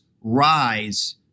rise